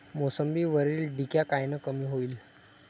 मोसंबीवरील डिक्या कायनं कमी होईल?